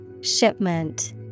Shipment